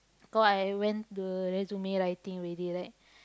cause I went resume writing already right